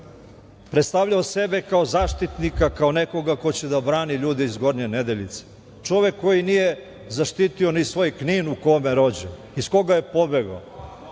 predstavljao sebe kao zaštitnika, kao nekoga ko će da brani ljude iz Gornjih Nedeljica. Čovek nije zaštitio ni svoj Knin u kome je rođen, iz koga je pobegao.